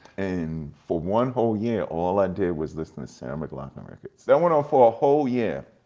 and for one whole year, all i did was listen to sarah mclachlan records. that went on for a whole year.